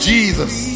Jesus